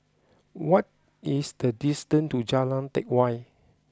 what is the distance to Jalan Teck Whye